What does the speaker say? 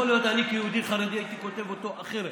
יכול להיות שאני כיהודי חרדי הייתי כותב אותו אחרת,